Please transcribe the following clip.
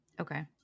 Okay